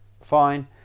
Fine